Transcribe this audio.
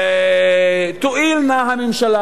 תואיל נא הממשלה,